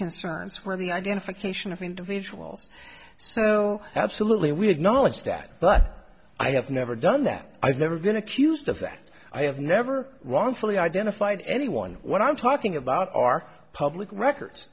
concerns for the identification of individuals so absolutely we acknowledge that but i have never done that i've never been accused of that i have never won fully identified anyone what i'm talking about are public records